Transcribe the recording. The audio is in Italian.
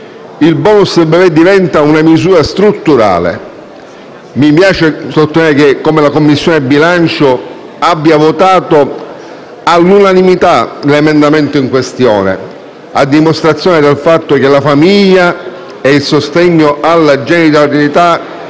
il *bonus* bebè diventa una misura strutturale. Mi piace sottolineare come la Commissione bilancio abbia votato all'unanimità l'emendamento in questione, a dimostrazione del fatto che la famiglia e il sostegno alla genitorialità